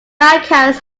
accounts